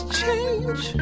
change